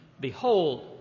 Behold